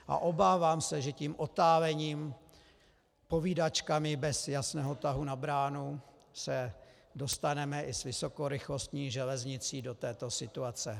A obávám se, že tím otálením, povídačkami bez jasného tahu na bránu se dostaneme i s vysokorychlostní železnicí do této situace.